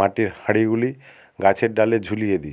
মাটির হাঁড়িগুলি গাছের ডালে ঝুলিয়ে দিই